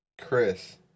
Chris